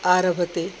आरभ्यते